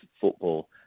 football